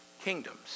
kingdoms